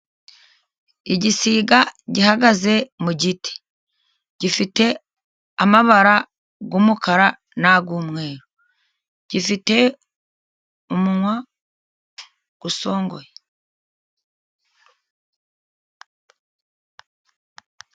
Igisiga gihagaze mu giti ,gifite amabara y'umukara n'ay'umweru ,gifite umunwa usongoye.